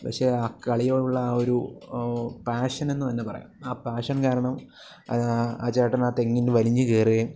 പക്ഷേ ആ കളിയോടുള്ള ആ ഒരു പാഷനെന്ന് തന്നെ പറയാം ആ പാഷൻ കാരണം ആ ചേട്ടൻ തെങ്ങിൽ വലിഞ്ഞ് കയറുകയും